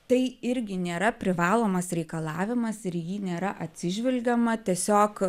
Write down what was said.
tai irgi nėra privalomas reikalavimas ir į jį nėra atsižvelgiama tiesiog